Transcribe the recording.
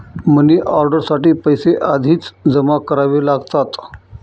money order साठी पैसे आधीच जमा करावे लागतात